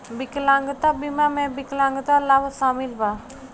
विकलांगता बीमा में विकलांगता लाभ शामिल बा